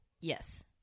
Yes